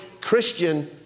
Christian